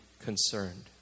concerned